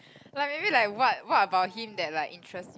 like maybe like what what about him that like interest you